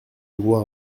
voir